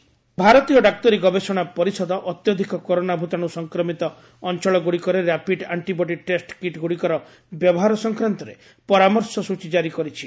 ICMR advisory ଭାରତୀୟ ଡାକ୍ତରୀ ଗବେଷଣା ପରିଷଦ ଅତ୍ୟଧିକ କରୋନା ଭଡାଣୁ ସଂକ୍ରମିତ ଅଞ୍ଚଳ ଗ୍ରଡ଼ିକରେ ର୍ୟାପିଡ୍ ଆଣ୍ଟିବଡି ଟେଷ୍ଟ କିଟ୍ ଗ୍ରଡ଼ିକର ବ୍ୟବହାର ସଂକ୍ରାନ୍ତରେ ପରାମର୍ଶ ସୂଚୀ ଜାରି କରିଛି